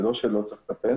זה לא שלא צריך לטפל.